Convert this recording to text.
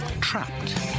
Trapped